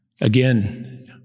Again